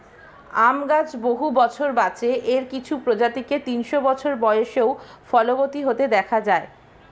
আম গাছ বহু বছর বাঁচে, এর কিছু প্রজাতিকে তিনশো বছর বয়সেও ফলবতী হতে দেখা যায়